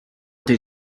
did